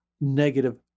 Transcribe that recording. negative